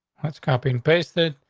that's copy and paste it.